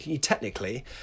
technically